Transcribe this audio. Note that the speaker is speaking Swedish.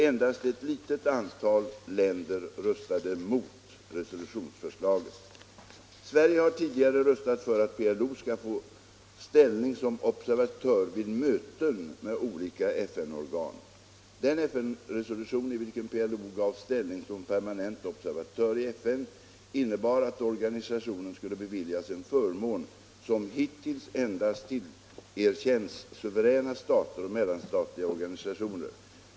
Endast ett litet antal länder röstade mot resolutionsförslaget. Sverige har tidigare röstat för att PLO skall få ställning som observatör vid möten med olika FN-organ. Den FN-resolution i vilken PLO gavs ställning som permanent observatör i FN innebar, att organisationen skulle beviljas en förmån, som hittills endast tillerkänts suveräna stater och mellanstatliga organisationer.